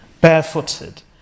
barefooted